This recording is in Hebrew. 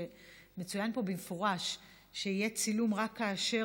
שמצוין פה במפורש שיהיה צילום רק כאשר